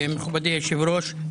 אדוני היושב-ראש,